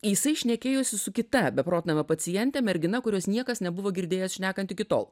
jisai šnekėjosi su kita beprotnamio paciente mergina kurios niekas nebuvo girdėjęs šnekant iki tol